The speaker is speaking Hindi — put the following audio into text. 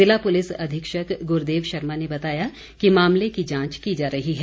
ज़िला पुलिस अधीक्षक ग्रदेव शर्मा ने बताया कि मामले की जांच की जा रही है